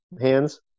hands